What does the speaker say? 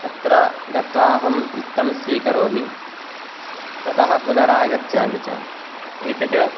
तत्र गत्वा अहं वित्तं स्वीकरोमि ततः पुनरागच्छामि च एतत्